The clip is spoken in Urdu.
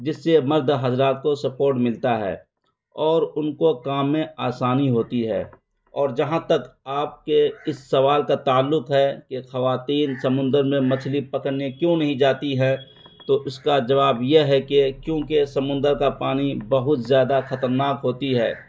جس سے مرد حضرات کو سپورٹ ملتا ہے اور ان کو کام میں آسانی ہوتی ہے اور جہاں تک آپ کے اس سوال کا تعلق ہے کہ خواتین سمندر میں مچھلی پکڑنے کیوں نہیں جاتی ہیں تو اس کا جواب یہ ہے کہ کیونکہ سمندر کا پانی بہت زیادہ خطرناک ہوتی ہے